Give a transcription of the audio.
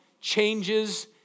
changes